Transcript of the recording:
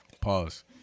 Pause